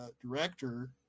director